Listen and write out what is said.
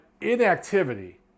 inactivity